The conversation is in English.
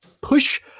push